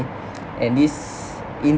and this in